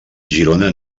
girona